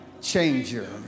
changer